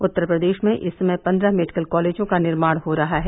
उत्तर प्रदेश में इस समय पन्द्रह मेडिकल कॉलेजों का निर्माण हो रहा है